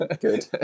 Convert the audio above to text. Good